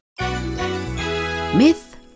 Myth